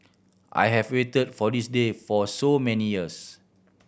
I have waited for this day for so many years